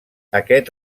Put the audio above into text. aquest